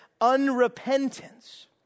unrepentance